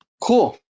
Cool